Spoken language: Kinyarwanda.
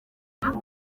ubu